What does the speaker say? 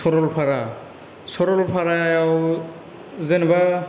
सरलफारा सरलफारायाव जेन'बा